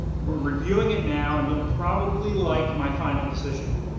we are reviewing it now and you will probably like my final decision,